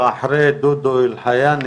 יש הרבה תחומי עיסוק.